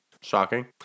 Shocking